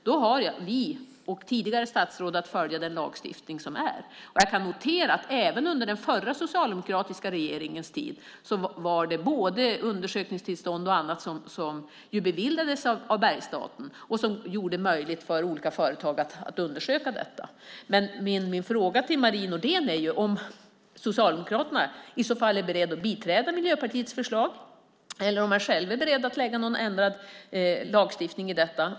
Då har vi, vilket även tidigare statsråd hade, att följa den lagstiftning som finns. Jag noterar att även under den förra, socialdemokratiska regeringens tid beviljades både undersökningstillstånd och annat av Bergsstaten. Det gjorde det möjligt för olika företag att undersöka detta. Min fråga till Marie Nordén blir om Socialdemokraterna i så fall är beredda att biträda Miljöpartiets förslag eller att själva lägga fram förslag om en ändrad lagstiftning om detta.